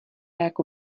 jako